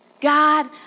God